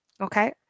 okay